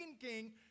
king